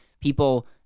people